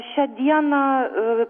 šią dieną